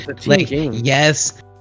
yes